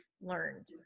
learned